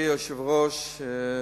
אדוני היושב-ראש,